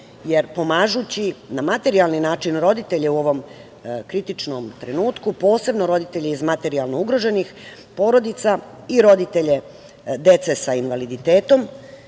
jer pomažući na materijalni način roditelje u ovom kritičnom trenutku, posebno roditelje iz materijalno ugroženih porodica i roditelje dece sa invaliditetom,